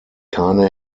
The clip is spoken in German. keine